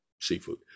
seafood